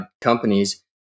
companies